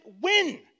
win